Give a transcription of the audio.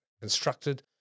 constructed